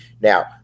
Now